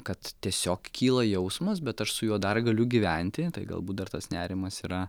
kad tiesiog kyla jausmas bet aš su juo dar galiu gyventi galbūt dar tas nerimas yra